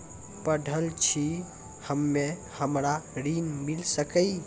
पढल छी हम्मे हमरा ऋण मिल सकई?